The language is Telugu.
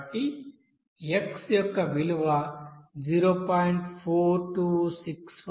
కాబట్టి x యొక్క విలువ 0